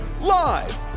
live